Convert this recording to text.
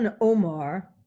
Omar